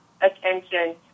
attention